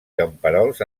camperols